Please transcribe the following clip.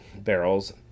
barrels